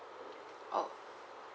oh